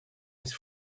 his